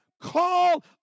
call